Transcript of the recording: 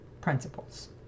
principles